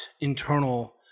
internal